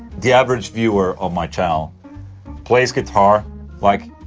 the average viewer of my channel plays guitar like.